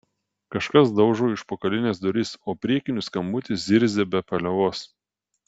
kažkas daužo į užpakalines duris o priekinių skambutis zirzia be paliovos